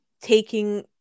taking